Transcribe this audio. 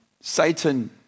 Satan